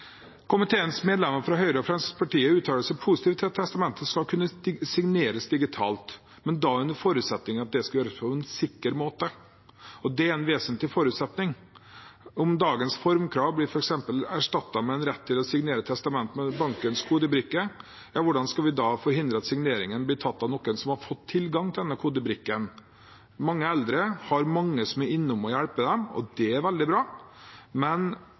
Komiteens medlemmer fra Høyre og Fremskrittspartiet uttaler seg positivt til at testamentet skal kunne signeres digitalt, men da under forutsetning av at det gjøres på en sikker måte. Det er en vesentlig forutsetning. Om dagens formkrav f.eks. blir erstattet med en rett til å signere testamentet med bankens kodebrikke, hvordan skal vi da forhindre at signeringen blir gjort av noen som har fått tilgang til denne kodebrikken? Mange eldre har mange som er innom og hjelper dem, og det er veldig bra, men